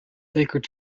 sacred